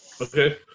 Okay